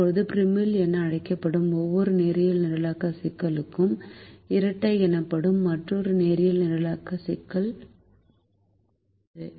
இப்போது ப்ரிமல் என அழைக்கப்படும் ஒவ்வொரு நேரியல் நிரலாக்க சிக்கலுக்கும் இரட்டை எனப்படும் மற்றொரு நேரியல் நிரலாக்க சிக்கல் உள்ளது